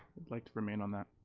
i'd like to remain on that.